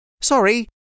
Sorry